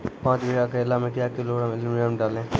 पाँच बीघा करेला मे क्या किलोग्राम एलमुनियम डालें?